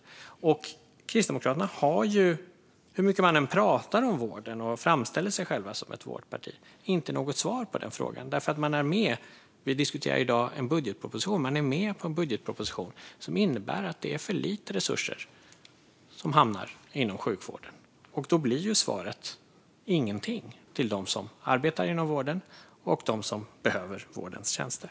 Kristdemokraterna har, hur mycket de än pratar om vården och framställer sig själva som ett vårdparti, inte något svar på den här frågan. Man är med på en budgetproposition - vi diskuterar i dag en budgetproposition - som innebär att det är för lite resurser som hamnar inom sjukvården, och då blir svaret ingenting till dem som arbetar inom vården och dem som behöver vårdens tjänster.